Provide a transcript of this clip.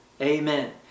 Amen